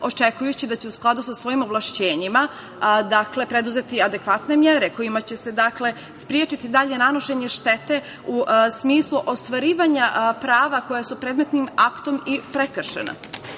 očekujući da će u skladu sa svojim ovlašćenjima preduzeti adekvatne mere kojima će se sprečiti dalje nanošenje štete u smislu ostvarivanja prava koja su predmetnim aktom i prekršena.